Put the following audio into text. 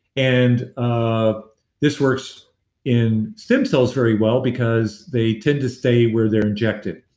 and ah this works in stem cells very well because they tend to stay where they're injected